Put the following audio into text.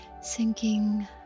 sinking